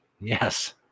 Yes